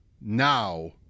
now